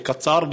קצר.